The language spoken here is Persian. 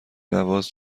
نواز